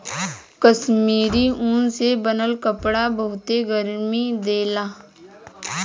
कश्मीरी ऊन के बनल कपड़ा बहुते गरमि देला